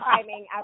timing